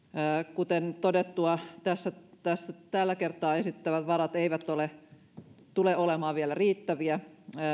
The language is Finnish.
kuten todettua tässä tässä tällä kertaa esitettävät varat eivät tule olemaan vielä riittäviä